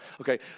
Okay